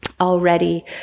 Already